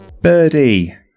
Birdie